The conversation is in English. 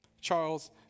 Charles